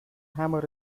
hammer